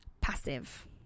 passive